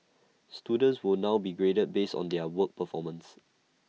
students will now be graded based on their own performance